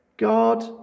God